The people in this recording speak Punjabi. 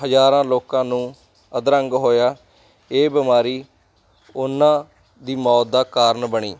ਹਜ਼ਾਰਾਂ ਲੋਕਾਂ ਨੂੰ ਅਧਰੰਗ ਹੋਇਆ ਇਹ ਬਿਮਾਰੀ ਉਹਨਾਂ ਦੀ ਮੌਤ ਦਾ ਕਾਰਨ ਬਣੀ